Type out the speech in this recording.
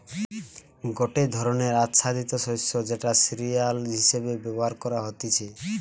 গটে ধরণের আচ্ছাদিত শস্য যেটা সিরিয়াল হিসেবে ব্যবহার করা হতিছে